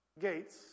gates